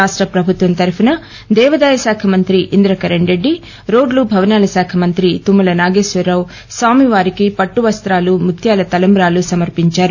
రాష్ట ప్రభుత్వ తరపున దేవాదాయ శాఖ మంత్రి ఇంద్రకరణ్రెడ్డి రోడ్లు భవనా శాఖ మంత్రి తుమ్మ నాగేశ్వర్ రావు స్వామి వారికి పట్లు వస్తాు ముత్యా తంట్రాు సమర్పించారు